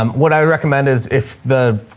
um what i recommend is if the,